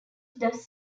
thus